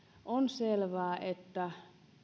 on selvää että